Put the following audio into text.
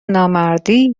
نامردی